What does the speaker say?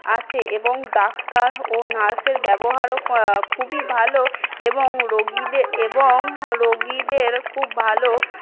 আছে এবং ডাক্তার ও নার্সের ব্যবহারও খুবই ভালো এবং রোগীদের এবং রোগীদের খুব ভালো